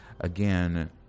again